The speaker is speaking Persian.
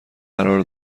قرار